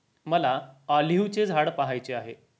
मला ऑलिव्हचे झाड पहायचे आहे